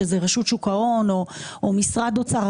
שזה רשות שוק ההון או משרד האוצר.